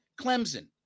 Clemson